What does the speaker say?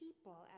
people